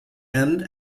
end